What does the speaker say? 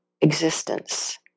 existence